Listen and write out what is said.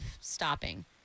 stopping